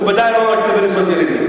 הוא בוודאי לא התכוון לסוציאליזם,